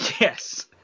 Yes